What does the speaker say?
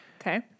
Okay